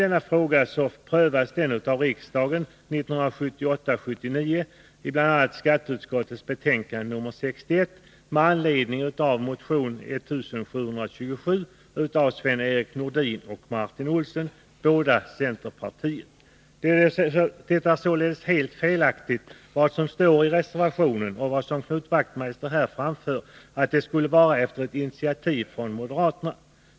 Denna fråga prövades av riksdagen 1978/79 i bl.a. skatteutskottets betänkande 61 med anledning av motion 1727 av Sven-Erik Nordin och Martin Olsson, båda centerpartiet. Det är således helt felaktigt, som det står i reservationen och som Knut Wachtmeister här framfört, att utredningsuppdraget skulle ha tillkommit efter ett initiativ från moderaterna.